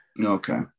Okay